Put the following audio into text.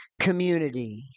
community